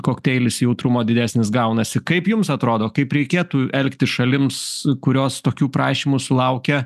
kokteilis jautrumo didesnis gaunasi kaip jums atrodo kaip reikėtų elgtis šalims kurios tokių prašymų sulaukia